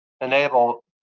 Enable